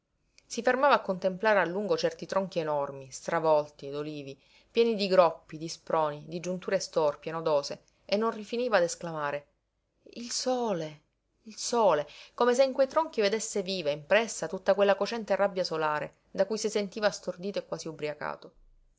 si fermava a contemplare a lungo certi tronchi enormi stravolti d'olivi pieni di groppi di sproni di giunture storpie nodose e non rifiniva d'esclamare il sole il sole come se in quei tronchi vedesse viva impressa tutta quella cocente rabbia solare da cui si sentiva stordito e quasi ubriacato